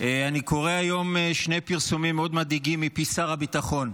אני קורא היום שני פרסומים מאוד מדאיגים מפי שר הביטחון,